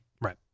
Right